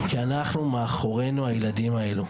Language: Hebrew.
כי אנחנו מאחורינו הילדים האלו.